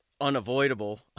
unavoidable